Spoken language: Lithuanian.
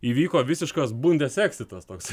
įvyko visiškas bundeseksitas toks